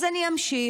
אז אני אמשיך